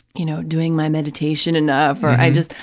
you know, doing my meditation enough, or i just,